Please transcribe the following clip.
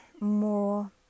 more